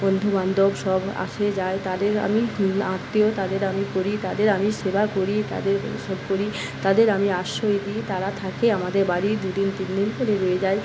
বন্ধুবান্ধব সব আসে যায় তাদের আমি আত্মীয় তাদের আমি করি তাদের আমি সেবা করি তাদের এই সব করি তাদের আমি আশ্রয় দিই তারা থাকে আমাদের বাড়ি দু দিন তিন দিন ধরে রয়ে যায়